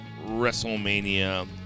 WrestleMania